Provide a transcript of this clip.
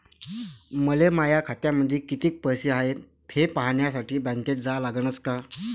मले माया खात्यामंदी कितीक पैसा हाय थे पायन्यासाठी बँकेत जा लागनच का?